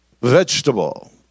vegetable